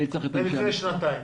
אז לפני שנתיים.